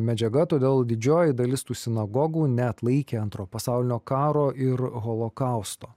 medžiaga todėl didžioji dalis tų sinagogų neatlaikė antro pasaulinio karo ir holokausto